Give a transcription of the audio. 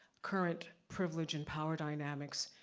current privilege and power dynamics,